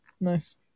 Nice